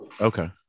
Okay